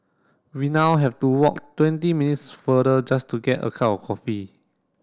we now have to walk twenty minutes farther just to get a cup of coffee